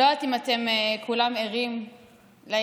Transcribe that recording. לא יודעת אם כולם ערים לעניין,